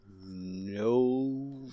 no